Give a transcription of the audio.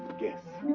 guess.